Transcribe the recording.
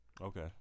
Okay